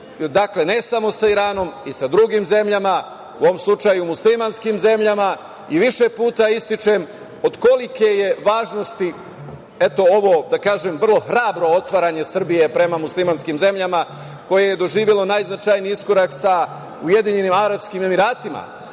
dakle, ne samo sa Iranom i sa drugim zemljama, u ovom slučaju muslimanskim zemljama. Više puta ističem od kolike je važnosti, eto ovo da kažem vrlo hrabro otvaranje Srbije prema muslimanskim zemljama koje je doživelo najznačajniji iskorak sa Ujedinjenim Arapskim Emiratima,